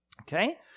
Okay